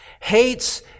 hates